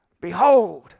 Behold